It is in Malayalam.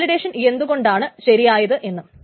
വാലിഡേഷൻ എന്തുകൊണ്ടാണ് ശരിയായത് എന്ന്